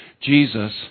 Jesus